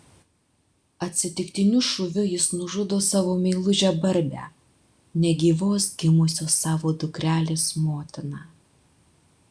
atsitiktiniu šūviu jis nužudo savo meilužę barbę negyvos gimusios savo dukrelės motiną